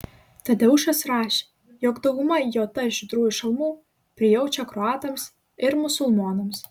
tadeušas rašė jog dauguma jt žydrųjų šalmų prijaučia kroatams ir musulmonams